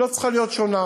היא לא צריכה להיות שונה.